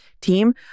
team